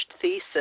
thesis